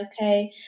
okay